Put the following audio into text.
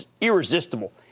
irresistible